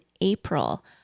April